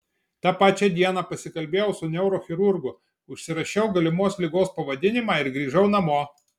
tą pačią dieną pasikalbėjau su neurochirurgu užsirašiau galimos ligos pavadinimą ir grįžau namo